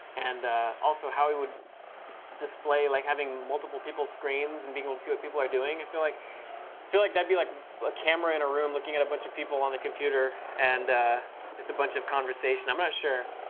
and also, how we would display like having multiple people's screens and being to see what people are doing? i feel like feel like that'd be like a camera in a room looking at a bunch of people on the computer and just a bunch of conversation. i'm not sure.